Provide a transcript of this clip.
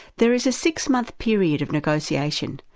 there is a six month period of negotiation,